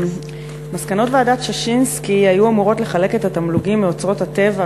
מסקנות ועדת ששינסקי היו אמורות לחלק את התמלוגים מאוצרות הטבע,